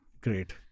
Great